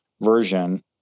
version